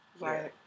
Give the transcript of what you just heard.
Right